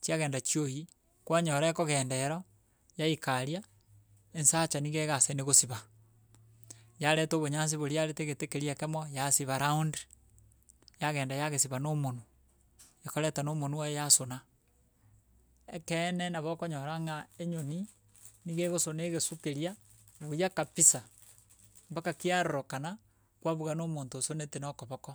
chiagenda chioyi kwanyora ekogenda ero, yaika aria, ensacha nigo egasaine gosiba yareta obonyansi boria arete egete keria ekemo yasiba round, yagenda yagesiba na omonwe ekoreta na omonwe oye yasona. Ekeene nabo okonyora ng'a enyoni, niga ekosona egesu keria buya kapisa, mpaka kiarorokana kwabuga na omonto osonete na okoboko.